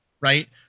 right